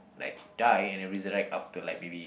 like die and then resurrect after like maybe